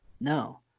no